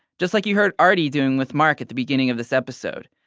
just like you heard arti doing with marc at the beginning of this episode.